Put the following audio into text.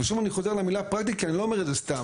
ושוב אני חוזר על המילה 'פרקטית' כי אני לא אומר את זה סתם,